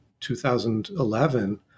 2011